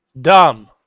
dumb